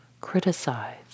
criticize